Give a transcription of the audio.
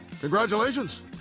Congratulations